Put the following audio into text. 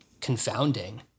confounding